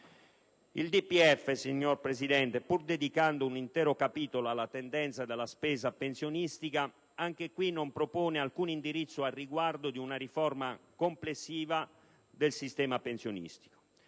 Il DPEF, signor Presidente, pur dedicando un intero capitolo alla tendenza della spesa pensionistica, anche in questo caso non propone alcun indirizzo al riguardo di una riforma complessiva del sistema pensionistico.